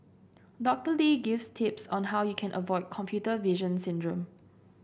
Doctor Lee gives tips on how you can avoid computer vision syndrome